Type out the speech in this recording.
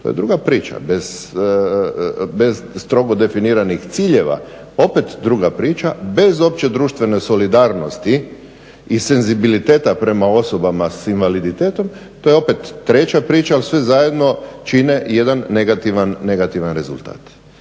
to je druga priča, bez strogo definiranih ciljeva opet druga priča, bez opće društvene solidarnosti i senzibiliteta prema osoba s invaliditetom to je opet treća priča, ali sve zajedno čine jedan negativan rezultat.